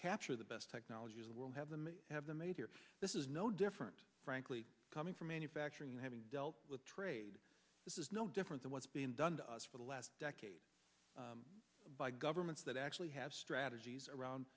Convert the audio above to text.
capture the best technologies will have them have them this is no different frankly coming from manufacturing and having dealt with trade this is no different than what's been done to us for the last decade by governments that actually have strategies around